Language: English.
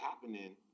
happening